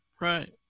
Right